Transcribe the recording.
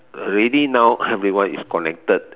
already now everyone is connected